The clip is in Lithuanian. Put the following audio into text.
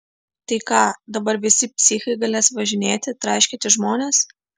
tai ką dabar visi psichai galės važinėti traiškyti žmones